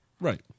Right